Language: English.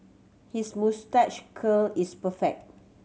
his moustache curl is perfect